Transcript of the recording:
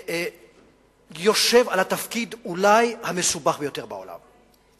יושב בתפקיד אולי המסובך ביותר בעולם.